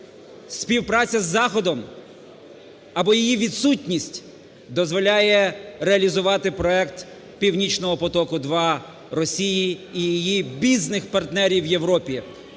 співпраця з Заходом або її відсутність дозволяє реалізувати проект "Північного потоку 2" Росії і її бізнес-партнерів в Європі,